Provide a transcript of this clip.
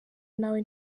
nawe